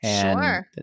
Sure